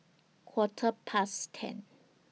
Quarter Past ten